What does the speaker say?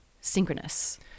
synchronous